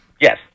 Yes